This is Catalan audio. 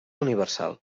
universal